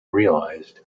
realized